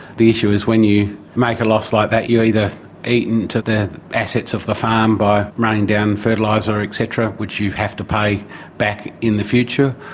the issue is when you make a loss like that you either eat into the assets of the farm by running down fertiliser et cetera, which you have to pay back in the future,